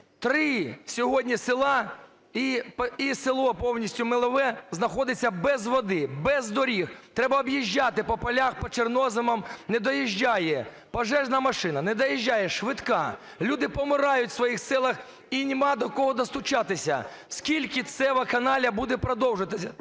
Три сьогодні села, і село повністю Мілове знаходиться без води, без доріг. Треба об'їжджати по полях, по чорноземам. Не доїжджає пожежна машина, не доїжджає швидка, люди помирають в своїх селам, і нема до кого достукатися. Скільки ця вакханалія буде продовжуватися?